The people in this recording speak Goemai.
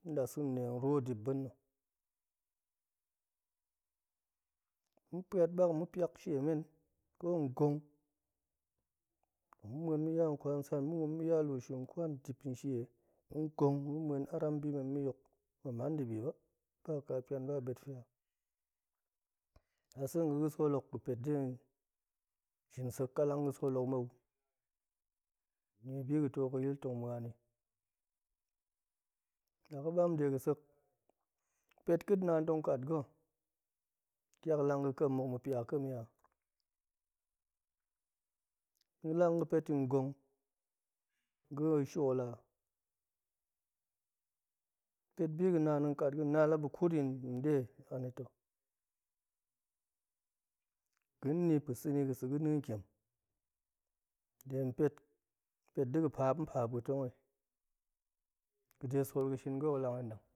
ma̱ pa̱at ɓak nma̱ piak shie men ko ngong nma̱ ma̱en ma̱ ya nkwansan, nma̱ ma̱en ma̱ ya luushinkwan dip nshie ngong ma̱ ma̱en aram bi men ma̱ yok, ma̱ man dibi ba, ba ƙa pian, ba ɓet fia, ase ga̱ ga̱ sool hok ga̱ pet de shin sek ƙalang ga̱ sool hok mou, nie bi ga̱ too ga̱ yil tong ma̱an i, laga̱ ɓam de ga̱sek, pet ƙeet, naan tong ƙat ga̱, ƙiak lang ga̱ ƙem, muk ma̱pia ƙem i a, ga̱ lang ga̱ pet i ngong, ga̱ shiol a, pet biga̱ naan tong ƙat ga̱, naan laba̱ kut yin nɗe, anita̱ ga̱n ni, pa̱ sa̱ni, ga̱ sa̱ ga̱ neen ƙiem, de npet, pet da̱ ga̱ paap npaap ga̱ tong i, ga̱de sool ga̱ shin ga̱ hok lang an ɗang